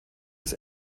des